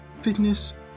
fitness